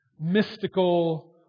mystical